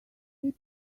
they